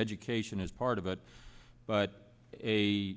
education is part of it but a